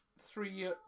three